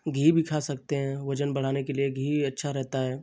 घी भी खा सकते हैं वज़न बढ़ाने के लिए घी अच्छा रहता है